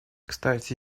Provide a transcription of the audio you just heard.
кстати